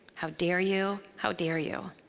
how dare you, how dare you?